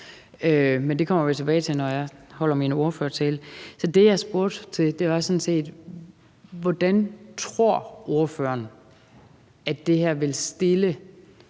Men det kommer vi tilbage til, når jeg holder min ordførertale. Så det, jeg spurgte til, var sådan set: Hvordan tror ordføreren at det her vil stille